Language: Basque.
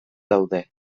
daude